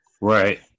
Right